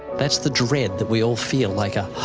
that's the dread that we all feel, like a